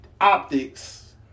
optics